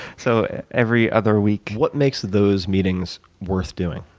so every other week. what makes those meetings worth doing?